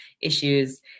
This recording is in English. issues